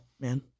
man